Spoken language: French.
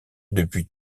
depuis